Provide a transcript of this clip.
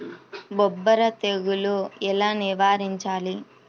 బొబ్బర తెగులు ఎలా నివారించాలి?